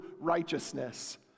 righteousness